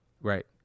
Right